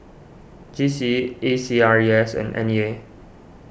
G C E A C R E S and N E A